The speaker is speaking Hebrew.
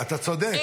אתה צודק, אתה צודק.